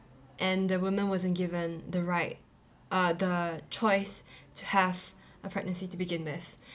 and the woman wasn't given the right uh the choice to have a pregnancy to begin with